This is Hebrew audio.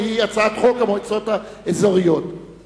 שהיא הצעת חוק המועצות האזוריות (מועד בחירות